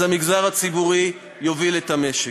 אז המגזר הציבורי יוביל את המשק.